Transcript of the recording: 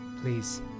Please